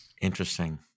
Interesting